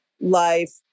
life